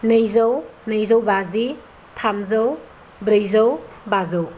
नैजौ नैजौ बाजि थामजौ ब्रैजौ बाजौ